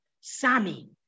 Sammy